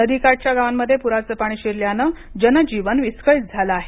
नदीकाठच्या गावांमध्ये पुराचे पाणी शिरल्याने जनजीवन विसकळीत झाले आहे